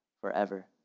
forever